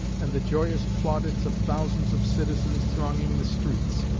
and the joyous plaudits of thousands of citizens thronging the streets.